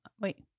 wait